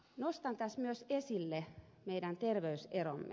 nostan tässä myös esille meidän terveyseromme